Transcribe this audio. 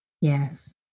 Yes